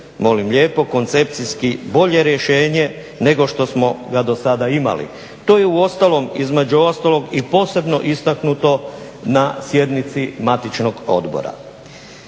molim lijepo koncepcijski bolje rješenje nego što smo ga do sada imali. To je uostalom između ostalog i posebno istaknuto na sjednici matičnog odbora.